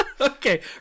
Okay